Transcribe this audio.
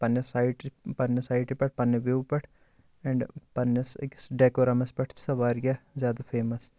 پننِس سایڑرِ پننہِ سایٹہِ پٮ۪ٹھ پننہِ وِو پٮ۪ٹھ اینٛڈ پننِس أکِس ڈٮ۪کورمس پٮ۪ٹھ چھِ سَہ وارِیاہ زیادٕ فیمس